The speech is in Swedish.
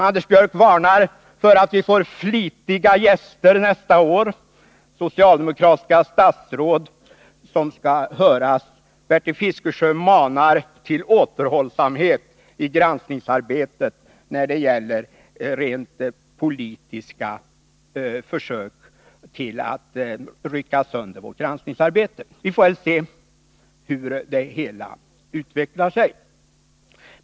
Anders Björck varnar för att vi får flitiga gäster nästa år i form av socialdemokratiska statsråd som skall höras, och Bertil Fiskesjö manar till återhållsamhet i granskningsarbetet när det gäller rent politiska försök till att rycka sönder detta. Vi får väl se hur det hela utvecklar sig.